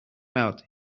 mouth